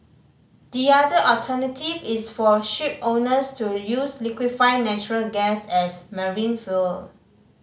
the other alternative is for shipowners to use liquefied natural gas as marine fuel